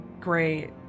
great